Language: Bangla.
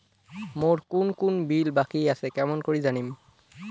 মোর কুন কুন বিল বাকি আসে কেমন করি জানিম?